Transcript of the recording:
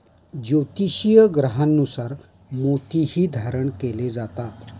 ज्योतिषीय ग्रहांनुसार मोतीही धारण केले जातात